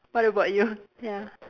what about you ya